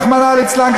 רחמנא ליצלן,